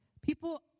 People